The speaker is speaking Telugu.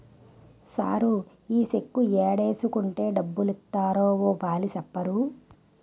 సారూ ఈ చెక్కు ఏడేసుకుంటే డబ్బులిత్తారో ఓ పాలి సెప్పరూ